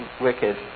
wicked